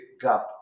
gap